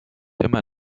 immer